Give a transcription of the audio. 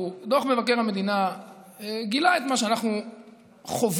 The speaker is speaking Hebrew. דוח מבקר המדינה גילה את מה שאנחנו חווים